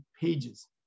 pages